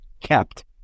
kept